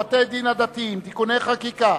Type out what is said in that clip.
חוק בתי-הדין הדתיים (תיקוני חקיקה)